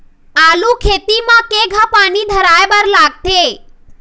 आलू खेती म केघा पानी धराए बर लागथे?